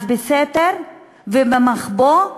אז בסתר ובמחבוא,